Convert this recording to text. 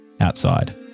outside